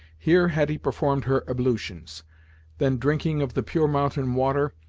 here hetty performed her ablutions then drinking of the pure mountain water,